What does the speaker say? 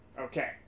Okay